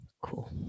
cool